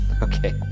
Okay